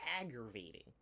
aggravating